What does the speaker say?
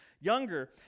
younger